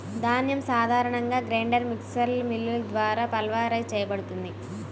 ధాన్యం సాధారణంగా గ్రైండర్ మిక్సర్లో మిల్లులు ద్వారా పల్వరైజ్ చేయబడుతుంది